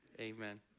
Amen